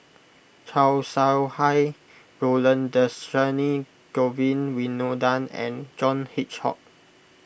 Chow Sau Hai Roland Dhershini Govin Winodan and John Hitchcock